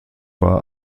war